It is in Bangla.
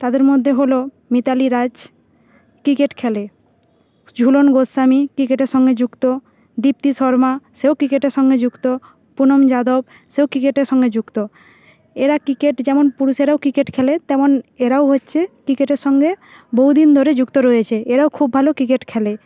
তাদের মধ্যে হল মিতালি রাজ ক্রিকেট খেলে ঝুলন গোস্বামী ক্রিকেটের সঙ্গে যুক্ত দীপ্তি শর্মা সেও ক্রিকেটের সঙ্গে যুক্ত পুনম যাদব সেও ক্রিকেটের সঙ্গে যুক্ত এরা ক্রিকেট যেমন পুরুষেরাও ক্রিকেট খেলে তেমন এরাও হচ্ছে ক্রিকেটের সঙ্গে বহুদিন ধরে যুক্ত রয়েছে এরাও খুব ভালো ক্রিকেট খেলে